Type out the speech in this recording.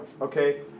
okay